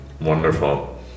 Wonderful